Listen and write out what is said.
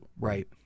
Right